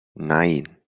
nein